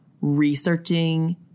researching